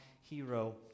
hero